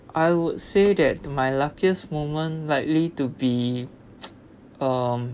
I would say that my luckiest moment likely to be um